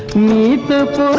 need